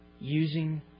using